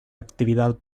actividad